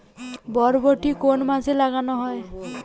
বরবটি কোন মাসে লাগানো হয়?